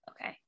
okay